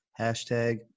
Hashtag